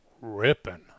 ripping